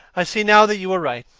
i see now that you were right.